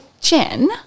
Jen